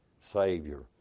Savior